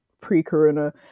pre-corona